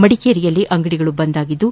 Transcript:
ಮಡಿಕೇರಿಯಲ್ಲಿ ಅಂಗಡಿಗಳು ಬಂದ್ ಆಗಿದ್ದು